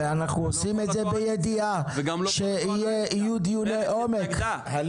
ואנחנו עושים את זה בידיעה שיהיו דיוני עומק.